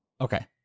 Okay